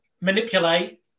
manipulate